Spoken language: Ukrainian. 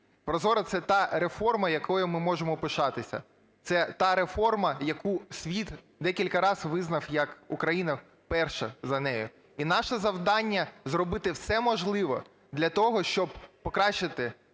ProZorro – це та реформа, якою ми можемо пишатися. Це та реформа, яку світ декілька раз визнав, як Україна перша за нею. І наше завдання зробити все можливе для того, щоб покращити